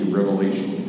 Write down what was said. Revelation